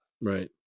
right